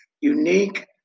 unique